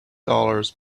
dollars